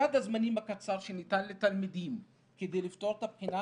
וסד הזמנים הקצר שניתן לתלמידים כדי לפתור את הבחינה,